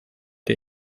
der